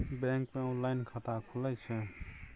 Bank मे online खाता खुले छै?